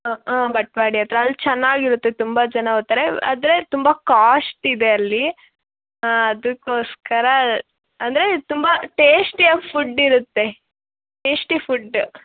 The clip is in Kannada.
ಹಾಂ ಹಾಂ ಬಟವಾಡಿ ಹತ್ರ ಅಲ್ಲಿ ಚೆನ್ನಾಗಿ ಇರುತ್ತೆ ತುಂಬ ಜನ ಹೋಗ್ತಾರೆ ಆದರೆ ತುಂಬ ಕಾಸ್ಟ್ ಇದೆ ಅಲ್ಲಿ ಹಾಂ ಅದಕ್ಕೋಸ್ಕರ ಅಂದರೆ ತುಂಬ ಟೇಸ್ಟಿಯಾಗಿ ಫುಡ್ ಇರುತ್ತೆ ಟೇಸ್ಟಿ ಫುಡ್